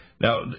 Now